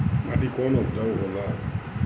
माटी कौन उपजाऊ होला?